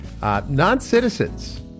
Non-citizens